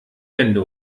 wände